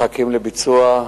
מחכים לביצוע.